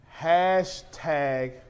hashtag